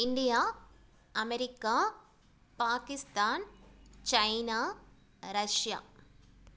India America Pakistan China Russia